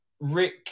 Rick